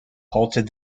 halted